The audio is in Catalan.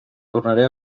tornaré